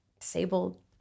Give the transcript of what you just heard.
disabled